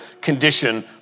condition